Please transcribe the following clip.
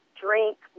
drink